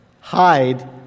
hide